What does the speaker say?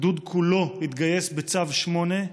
הגדוד כולו התגייס בצו 8,